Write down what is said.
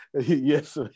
Yes